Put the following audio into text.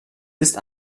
ist